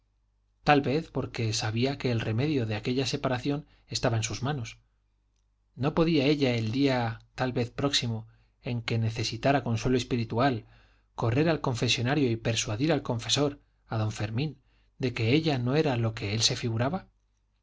tal vez porque sabía que el remedio de aquella separación estaba en sus manos no podía ella el día tal vez próximo en que necesitara consuelo espiritual correr al confesonario y persuadir al confesor a don fermín de que ella no era lo que él se figuraba